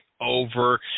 over